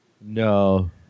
No